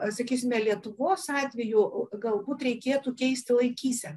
a sakysime lietuvos atveju galbūt reikėtų keisti laikyseną